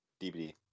DVD